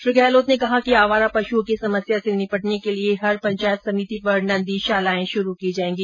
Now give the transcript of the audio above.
श्री गहलोत ने कहा कि आवारा पशुओं की समस्या से निपटने के लिये हर पंचायत समिति पर नन्दी शाखाएं शुरू की जायेगी